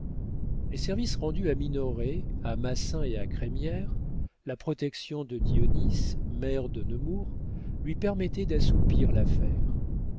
les services rendus à minoret à massin et à crémière la protection de dionis maire de nemours lui permettaient d'assoupir l'affaire